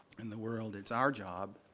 in the world, it's our job,